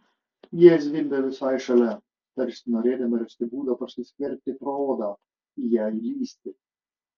jie zvimbė visai šalia tarsi norėdami rasti būdą prasiskverbti pro odą į ją įlįsti